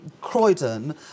Croydon